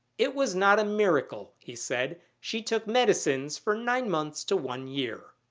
it was not a miracle, he said. she took medicines for nine months to one year.